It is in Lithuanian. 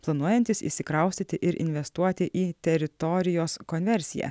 planuojantys įsikraustyti ir investuoti į teritorijos konversiją